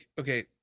okay